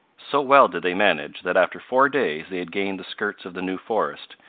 so well did they manage, that after four days they had gained the skirts of the new forest,